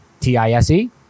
T-I-S-E